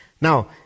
Now